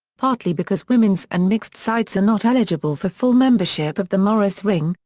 partly because women's and mixed sides are not eligible for full membership of the morris ring,